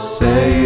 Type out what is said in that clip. say